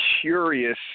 curious